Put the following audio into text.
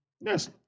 Yes